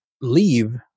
leave